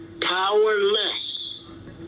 powerless